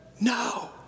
no